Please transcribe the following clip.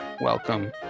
Welcome